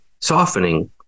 softening